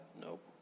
Nope